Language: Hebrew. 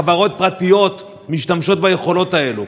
חברות פרטיות משתמשות ביכולות האלה,